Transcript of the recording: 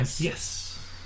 Yes